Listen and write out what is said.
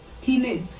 teenage